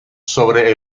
sobre